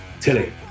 Tilly